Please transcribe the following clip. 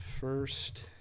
first